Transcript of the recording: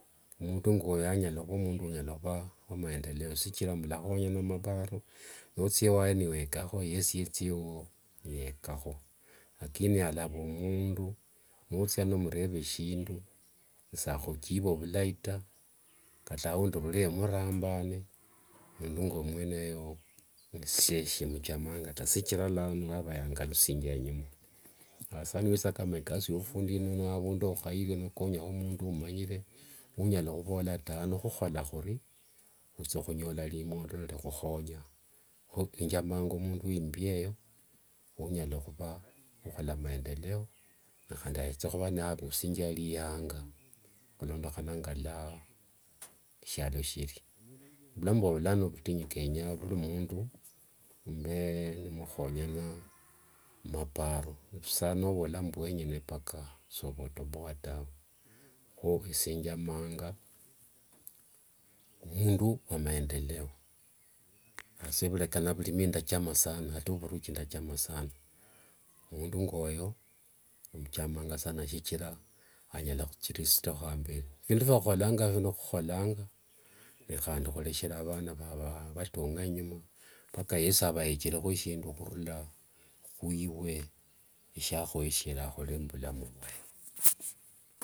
Mundu ngoyo anyala khuva mundu unyala khukhwakho maendeleo shichira mulakhonyana mumaparo, shichira nothia waye niwekakho yesi niyetha wuwo niyekakho lakini alava mundu nothia nomureva shindu sakhujiba vilai taa kata aundi muruleyo nimurambane mundu ngomwene oyo esie simujamanga taa shichira lano ava yangalushianga enyuma khasa niwitha ikasi kama yovufundi ino navundu wokhairwe nokonya mundu umanyire unyala khuvola taa ano khukhola khuri khuthia khunyola rimondo nirikhukhonyakho kho njamanga mundu wiimbia eyo, unyala khuva mukhola maendeleo nikhandi athukhuva navusingia riyanga khulondokhana ngalua shialo shiri vulamu vwa vulano ni vutinyu kenya a muve nimukhonyananga maparo vusa novola mbu wengene mpaka sova otoboa tawe, kho esie njamanga mundu wamaendeleo khasa vureka na vurimi ndachama sana kata vuruchi ndachama sanaa omundu ngoyo omuchamanga sana shichira anyala khuchira ostekho amberi, phindu phiakhukholanga phino khukholanga nikhandi khureshera vana inyuma mpaka yesi ava yecherekho shindu khurula khwiwe shiakhoyekhane akhole muvulamu vwe.